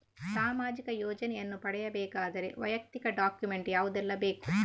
ಸಾಮಾಜಿಕ ಯೋಜನೆಯನ್ನು ಪಡೆಯಬೇಕಾದರೆ ವೈಯಕ್ತಿಕ ಡಾಕ್ಯುಮೆಂಟ್ ಯಾವುದೆಲ್ಲ ಬೇಕು?